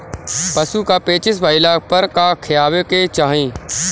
पशु क पेचिश भईला पर का खियावे के चाहीं?